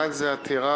אחד זה עתירה